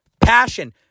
passion